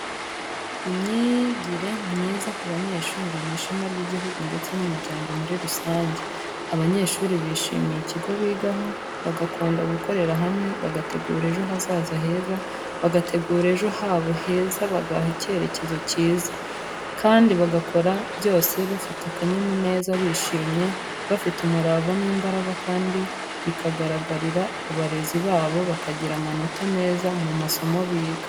Imyigire myiza ku banyeshuri ni ishema ry'igihugu ndetse n'umuryango muri rusange. Abanyeshuri bishimiye ikigo bigaho, bagakunda gukorera hamwe, bagategura ejo hazaza heza, bagategura ejo habo heza bagaha icyerekezo kiza. Kandi bagakora byose bafite akanyamuneza bishimye, bafite umurava n'imbaraga kandi bikagaragarira abarezi babo, bakagira amanota meza mu masomo biga.